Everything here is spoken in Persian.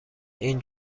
این